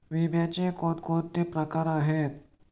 विम्याचे कोणकोणते प्रकार आहेत?